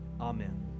Amen